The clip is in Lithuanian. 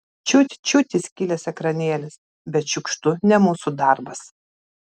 čiut čiut įskilęs ekranėlis bet šiukštu ne mūsų darbas